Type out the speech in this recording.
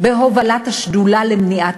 בהובלת השדולה למניעת